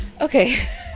okay